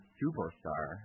superstar